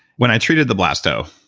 when i treated the blasto,